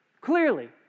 Clearly